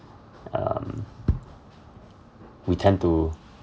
um we tend to